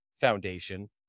foundation